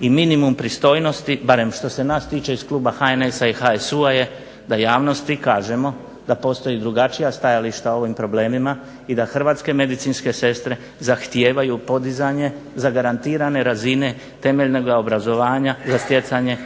i minimum pristojnosti barem što se nas tiče iz kluba HNS-a i HSU-a je da javnosti kažemo da postoje drugačija stajališta o ovim problemima i da hrvatske medicinske sestre zahtijevaju podizanje zagarantirane razine temeljnoga obrazovanja za stjecanje